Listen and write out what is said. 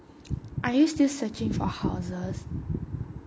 are you still searching for houses